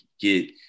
get –